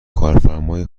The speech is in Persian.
کارفرمای